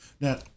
Now